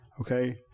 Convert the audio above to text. Okay